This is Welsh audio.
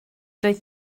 doedd